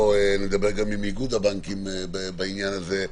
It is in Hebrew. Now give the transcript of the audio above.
או לדבר עם איגוד הבנקים בעניין הזה,